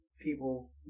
people